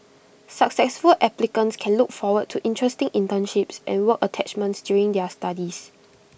successful applicants can look forward to interesting internships and work attachments during their studies